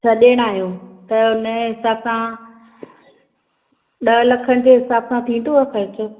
छह ॼणा आहियो त उन हिसाब सां ॾह लख जे हिसाब सां थींदो आहे ख़र्चो